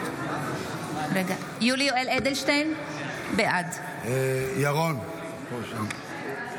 נגד יולי יואל אדלשטיין, בעד מאיר כהן,